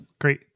Great